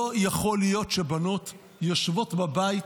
לא יכול להיות שבנות יושבות בבית.